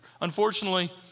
Unfortunately